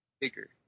bigger